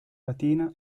latina